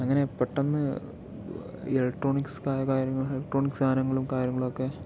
അങ്ങനെ പെട്ടന്ന് ഇലക്ട്രോണിക്സ് ബാ ഇലക്ട്രോണിക് സാധനങ്ങളും കാര്യങ്ങളൊക്കെ